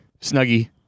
snuggie